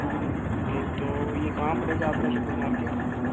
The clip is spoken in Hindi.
ठीक तो ये कहाँ पड़ेगा आपका सुपर मार्केट